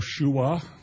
Yeshua